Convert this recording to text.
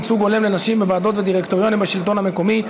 ייצוג הולם לנשים בוועדות ודירקטוריונים בשלטון המקומי),